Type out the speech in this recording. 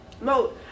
No